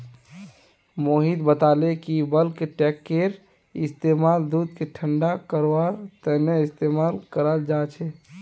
मोहित बताले कि बल्क टैंककेर इस्तेमाल दूधक ठंडा करवार तने इस्तेमाल कराल जा छे